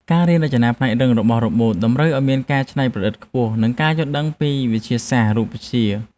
ការរៀនរចនាផ្នែករឹងរបស់រ៉ូបូតតម្រូវឱ្យមានការច្នៃប្រឌិតខ្ពស់ និងការយល់ដឹងពីវិទ្យាសាស្ត្ររូបវិទ្យា។